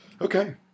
Okay